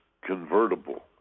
convertible